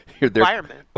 environment